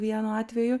vienu atveju